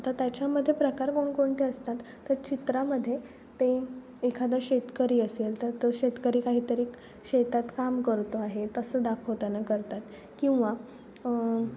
तर त्याच्यामध्ये प्रकार कोण कोणते असतात तर चित्रामध्ये ते एखादा शेतकरी असेल तर तो शेतकरी काहीतरी शेतात काम करतो आहे तसं दाखवताना करतात किंवा